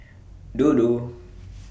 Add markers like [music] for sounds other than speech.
Dodo [noise]